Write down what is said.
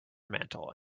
mantel